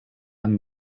amb